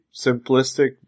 simplistic